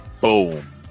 Boom